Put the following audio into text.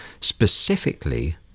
specifically